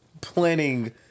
planning